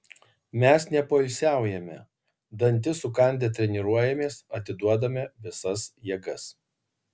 mes nepoilsiaujame dantis sukandę treniruojamės atiduodame visas jėgas